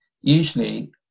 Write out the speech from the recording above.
Usually